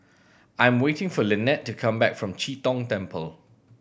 I am waiting for Linette to come back from Chee Tong Temple